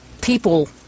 people